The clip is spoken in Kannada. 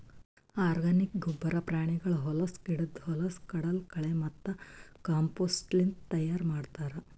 ಆರ್ಗಾನಿಕ್ ಗೊಬ್ಬರ ಪ್ರಾಣಿಗಳ ಹೊಲಸು, ಗಿಡುದ್ ಹೊಲಸು, ಕಡಲಕಳೆ ಮತ್ತ ಕಾಂಪೋಸ್ಟ್ಲಿಂತ್ ತೈಯಾರ್ ಮಾಡ್ತರ್